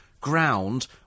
ground